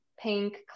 pink